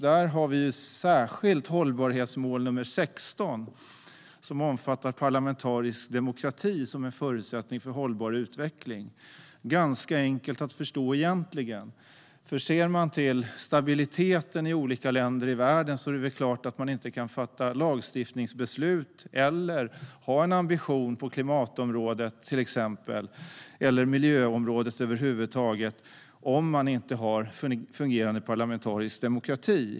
Där har vi ett särskilt hållbarhetsmål, nr 16, som omfattar parlamentarisk demokrati som en förutsättning för hållbar utveckling. Det är egentligen ganska enkelt att förstå. Med tanke på stabiliteten i olika länder i världen är det klart att man inte kan fatta lagstiftningsbeslut eller ha en ambition på klimatområdet eller miljöområdet över huvud taget, om man inte har en fungerande parlamentarisk demokrati.